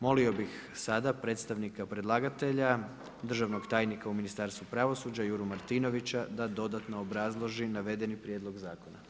Molio bih sada predstavnika predlagatelja, državnog tajnika u Ministarstvu pravosuđa, Juru Martinovića da dodatno obrazloži navedeni prijedlog zakona.